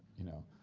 you know?